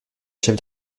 chef